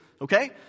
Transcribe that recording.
Okay